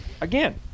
again